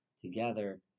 together